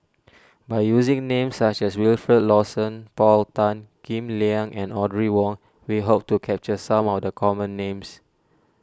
by using names such as Wilfed Lawson Paul Tan Kim Liang and Audrey Wong we hope to capture some of the common names